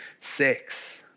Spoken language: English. sex